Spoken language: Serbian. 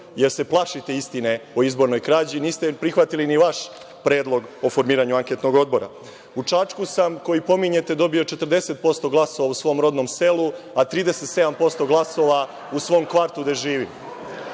jer se plašite istine o izbornoj krađi. Niste prihvatili ni vaš predlog o formiranju anketnog odbora.U Čačku sam, koji pominjete, dobio 40% glasova u svom rodnom selu, a 37% glasova u svom kvartu gde živim.